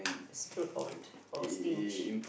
splurge on or stinge